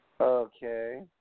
Okay